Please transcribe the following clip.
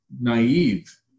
naive